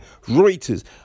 Reuters